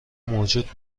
موجود